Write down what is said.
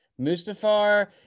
Mustafar